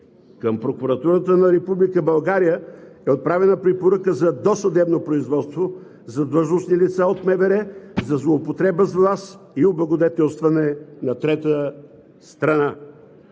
Към Прокуратурата на Република България е отправена препоръка за досъдебно производство за длъжностни лица от МВР за злоупотреба с власт и облагодетелстване на трета страна.